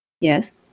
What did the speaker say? Yes